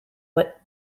what